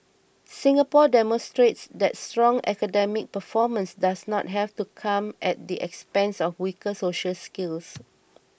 Singapore demonstrates that strong academic performance does not have to come at the expense of weaker social skills